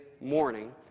morning